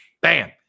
bam